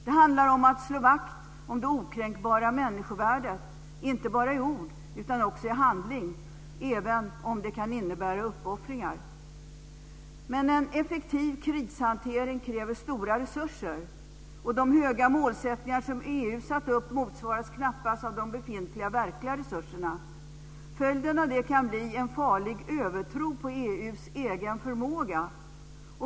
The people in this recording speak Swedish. Det handlar om att slå vakt om det okränkbara människovärdet, inte bara i ord utan också i handling, även om det kan innebära uppoffringar. Men en effektiv krishantering kräver stora resurser. De höga målsättningar som EU satt upp motsvaras knappast av de befintliga verkliga resurserna. Följden av detta kan bli en farlig övertro på EU:s egen förmåga.